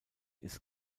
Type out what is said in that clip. ist